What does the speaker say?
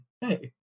hey